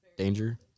danger